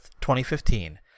2015